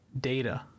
data